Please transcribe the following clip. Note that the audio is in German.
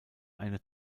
eine